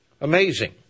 Amazing